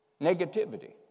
Negativity